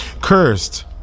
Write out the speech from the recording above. Cursed